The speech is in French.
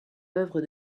l’œuvre